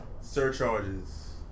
Surcharges